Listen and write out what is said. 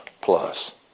plus